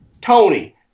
Tony